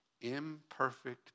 Imperfect